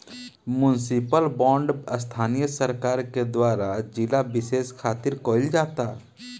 municipal bond स्थानीय सरकार के द्वारा जिला बिशेष खातिर कईल जाता